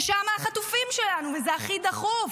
ושם החטופים שלנו וזה הכי דחוף.